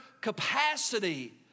capacity